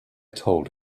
told